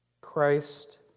Christ